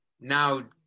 now